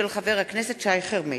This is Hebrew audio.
של חבר הכנסת שי חרמש.